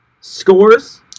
scores